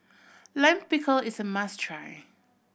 Lime Pickle is a must try